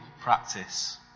practice